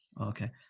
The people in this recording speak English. Okay